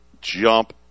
jump